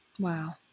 Wow